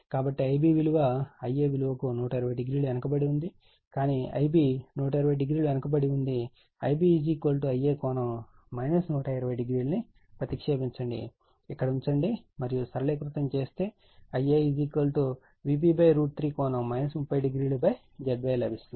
కానీ Ib విలువ Ia విలువకు 120o వెనుకబడి ఉంది కానీ Ib 120o వెనుకబడి ఉంది Ib Ia ∠ 120o ను ప్రతిక్షేపించండి ఇక్కడ ఉంచండి మరియు సరళీకృతం చేస్తే IaVp3∠ 300ZY లభిస్తుంది